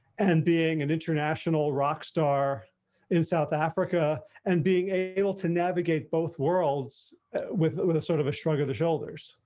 and being an international rock star in south africa, and being able to navigate both worlds with with a sort of a shrug of the shoulders.